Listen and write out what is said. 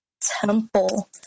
temple